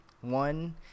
One